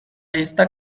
esta